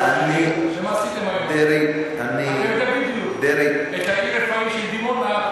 עיר הרפאים של דימונה,